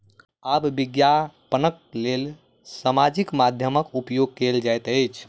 आब विज्ञापनक लेल सामाजिक माध्यमक उपयोग कयल जाइत अछि